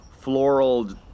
floral